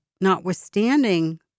notwithstanding